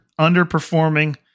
underperforming